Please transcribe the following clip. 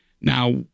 now